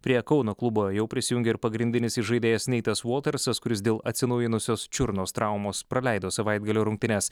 prie kauno klubo jau prisijungė ir pagrindinis įžaidėjas neitas voltersas kuris dėl atsinaujinusios čiurnos traumos praleido savaitgalio rungtynes